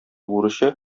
бурычы